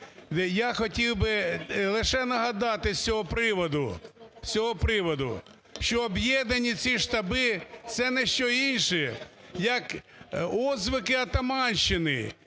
Я хотів би лише нагадати з цього приводу, що об'єднані ці штаби – це не що інше, як отзвуки отаманщини.